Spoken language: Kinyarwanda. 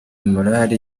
morale